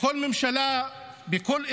בכל ממשלה, בכל ארגון,